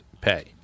pay